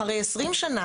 אחרי 20 שנה,